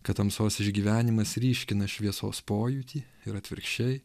kad tamsos išgyvenimas ryškina šviesos pojūtį ir atvirkščiai